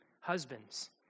Husbands